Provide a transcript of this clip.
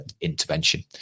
intervention